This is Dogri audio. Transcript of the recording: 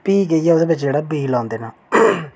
ते प्ही जाइयै ओह्दे च बीऽ लांदे न